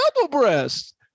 double-breast